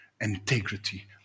integrity